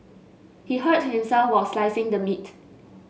he hurt himself while slicing the meat